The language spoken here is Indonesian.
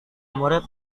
murid